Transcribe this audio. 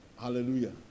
Hallelujah